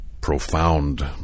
profound